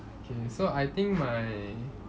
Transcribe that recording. okay so I think my